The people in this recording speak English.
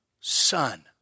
son